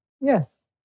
yes